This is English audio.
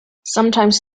sometimes